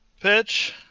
pitch